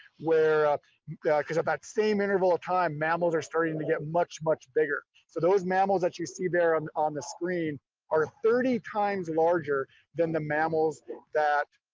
ah yeah cause at that same interval of time, mammals are starting to get much, much bigger. so those mammals that you see there on um the screen are thirty times larger than the mammals that